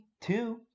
Two